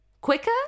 quicker